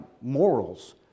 morals